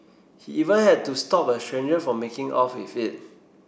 he even had to stop a stranger from making off with it